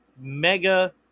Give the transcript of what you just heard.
mega